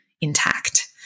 intact